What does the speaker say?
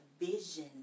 vision